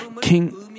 King